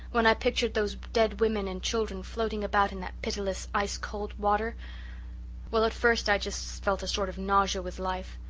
when i pictured those dead women and children floating about in that pitiless, ice-cold water well, at first i just felt a sort of nausea with life.